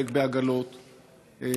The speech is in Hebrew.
חלק בעגלות,